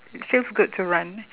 feels good to run